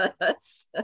yes